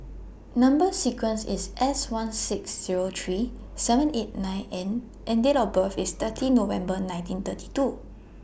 Number sequence IS S one six Zero three seven eight nine N and Date of birth IS thirty November nineteen thirty two